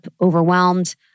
overwhelmed